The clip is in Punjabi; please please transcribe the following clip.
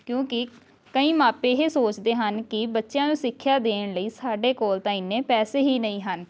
ਕਿਉਂਕਿ ਕਈ ਮਾਪੇ ਇਹ ਸੋਚਦੇ ਹਨ ਕਿ ਬੱਚਿਆਂ ਨੂੰ ਸਿੱਖਿਆ ਦੇਣ ਲਈ ਸਾਡੇ ਕੋਲ ਤਾਂ ਇੰਨੇ ਪੈਸੇ ਹੀ ਨਹੀਂ ਹਨ